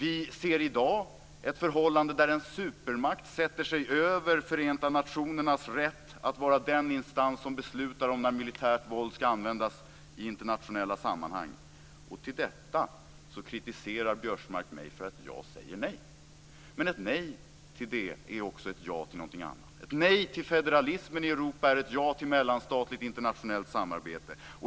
I dag ser vi ett förhållande där en supermakt sätter sig över Förenta nationernas rätt att vara den instans som beslutar om när militärt våld skall användas i internationella sammanhang. Biörsmark kritiserar mig för att jag säger nej till detta. Men ett nej till det är också ett ja till någonting annat. Ett nej till federalismen i Europa är ett ja till mellanstatligt internationellt samarbete.